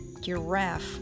giraffe